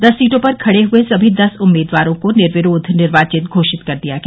दस सीटों पर खड़े हुए सभी दस उम्मीदवारों को निर्विरोध निर्वाचित घोषित कर दिया गया